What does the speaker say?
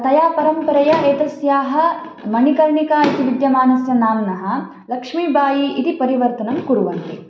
तया परम्परया एतस्याः मणिकर्णिका इति विद्यमानस्य नाम्नः लक्ष्मीबायी इति परिवर्तनं कुर्वन्ति